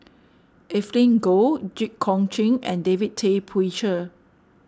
Evelyn Goh Jit Koon Ch'ng and David Tay Poey Cher